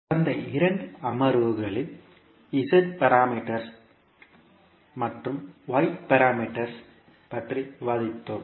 கடந்த இரண்டு அமர்வுகளில் z பாராமீட்டர்கள் மற்றும் y பாராமீட்டர்கள் பற்றி விவாதித்தோம்